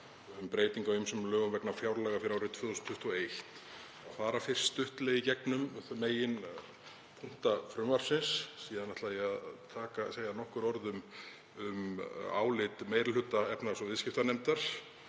um breytingu á ýmsum lögum vegna fjárlaga fyrir árið 2021, að fara fyrst stuttlega í gegnum meginpunkta frumvarpsins. Síðan ætla ég að segja nokkur orð um álit meiri hluta efnahags- og viðskiptanefndar